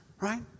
Right